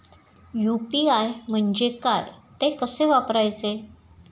UPI म्हणजे काय, ते कसे वापरायचे?